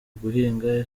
guhinga